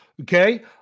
Okay